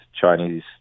chinese